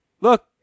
look